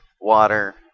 water